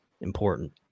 important